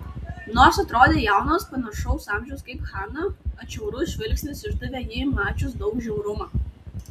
nors atrodė jaunas panašaus amžiaus kaip hana atšiaurus žvilgsnis išdavė jį mačius daug žiaurumo